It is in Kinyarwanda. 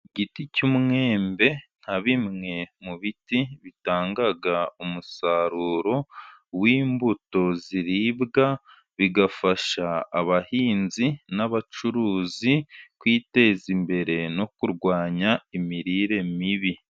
Igiti cy'umwembe, nka bimwe mu biti, bitangaga umusaruro w'imbuto ziribwa, bigafasha abahinzi, n'abacuruzi kwiteza imbere, no kurwanya imirire mibi.